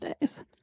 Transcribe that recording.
days